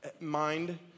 mind